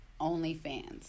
OnlyFans